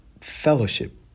fellowship